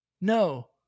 No